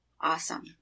Awesome